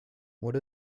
what